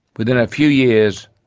within a few years,